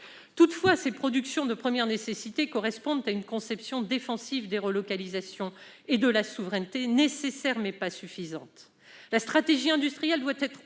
fondée sur les productions de première nécessité correspond à une conception défensive des relocalisations et de la souveraineté, nécessaire mais pas suffisante. La stratégie industrielle doit